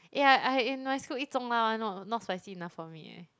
eh I I in my school eat 中辣 one orh not spicy enough for me eh